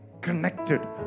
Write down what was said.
connected